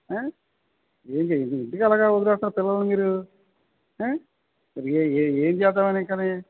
ఏ ఏంటి ఎందుకు అలాగా వదిలేస్తున్నారు పిల్లల్ని మీరు ఏ ఏం చేద్దాం అని ఇంకా